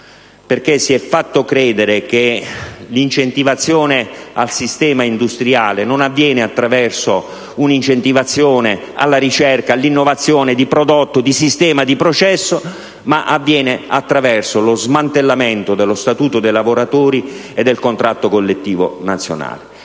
perché si è fatto credere che l'incentivazione al sistema industriale non avviene attraverso un impulso alla ricerca, all'innovazione di prodotto, di sistema, di processo, ma avviene attraverso lo smantellamento dello statuto dei lavoratori e del contratto collettivo nazionale.